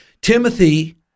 Timothy